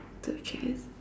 two chair